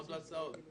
עוד הסעות.